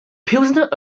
pilsner